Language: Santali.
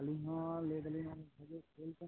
ᱟᱫᱚ ᱟᱹᱞᱤᱧ ᱦᱚᱸ ᱞᱟᱹᱭ ᱮᱫᱟᱞᱤᱧ ᱵᱷᱟᱜᱤ ᱠᱷᱮᱞ ᱠᱟᱱᱟᱭ ᱛᱳ ᱚᱻ